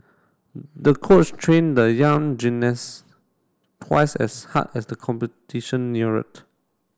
the coach trained the young gymnast twice as hard as the competition neared